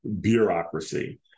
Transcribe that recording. Bureaucracy